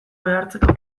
behartzeko